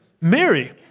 Mary